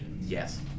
Yes